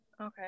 okay